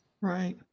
Right